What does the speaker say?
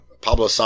Pablo